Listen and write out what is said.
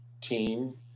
team